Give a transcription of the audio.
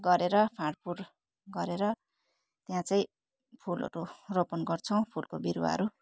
गरेर फाँडफुँड गरेर त्यहाँ चाहिँ फुलहरू रोपन गर्छौँ फुलको बिरुवाहरू